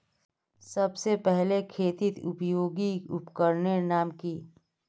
सबसे पहले खेतीत उपयोगी उपकरनेर नाम की?